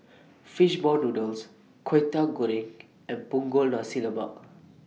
Fish Ball Noodles Kwetiau Goreng and Punggol Nasi Lemak